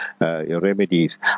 remedies